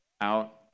out